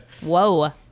Whoa